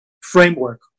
framework